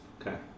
Okay